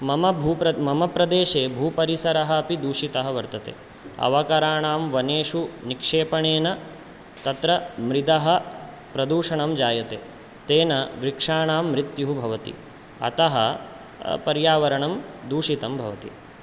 मम भूप्र मम प्रदेशे भूपरिसरः अपि दूषितः वर्तते अवकराणां वनेषु निक्षेपणेन तत्र मृदः प्रदूषणं जायते तेन वृक्षाणां मृत्युः भवति अतः पर्यावरणं दूषितं भवति